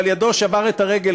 יש שם